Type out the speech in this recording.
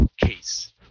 case